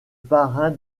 parrain